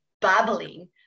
babbling